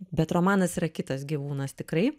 bet romanas yra kitas gyvūnas tikrai